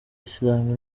isilamu